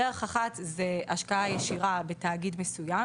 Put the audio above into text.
דרך אחת היא השקעה ישירה בתאגיד מסוים,